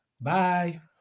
Bye